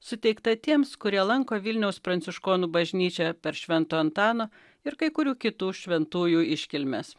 suteikta tiems kurie lanko vilniaus pranciškonų bažnyčią per švento antano ir kai kurių kitų šventųjų iškilmes